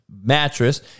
mattress